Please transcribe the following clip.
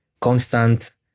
constant